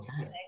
Okay